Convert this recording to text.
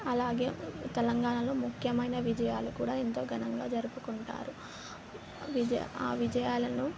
అలాగే తెలంగాణలో ముఖ్యమైన విజయాలు కూడా ఎంతో ఘనంగా జరుపుకుంటారు విజయ ఆ విజయాలను